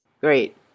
Great